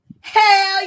Hell